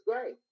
great